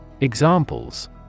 Examples